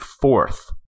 fourth